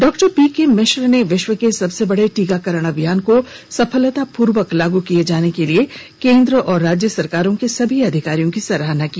डॉ P K Mishra ने विश्व के सबसे बड़े टीकाकरण अभियान को सफलतापूर्वक लागू किए जाने के लिए केन्द्र और राज्य सरकारों के सभी अधिकारियों की सराहना की